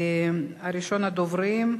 ראשון הדוברים,